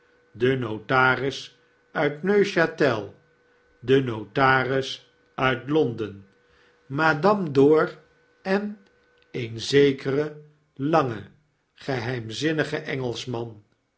de notaris uit neuchatel de nofcaris uit l o n d e n madame dor en een zekere jange geheimzinnige engelschman